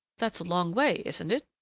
that's a long way, isn't it?